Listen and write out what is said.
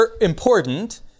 important